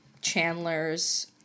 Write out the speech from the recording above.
Chandler's